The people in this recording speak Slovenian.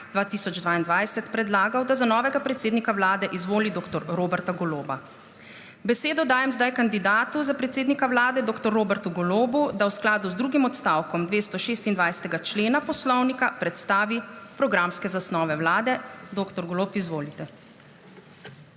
2022 predlagal, da za novega predsednika Vlade izvoli dr. Roberta Goloba. Besedo dajem kandidatu za predsednika Vlade dr. Robertu Golobu, da v skladu z drugim odstavkom 226. člena Poslovnika predstavi programske zasnove Vlade. Dr. Golob, izvolite.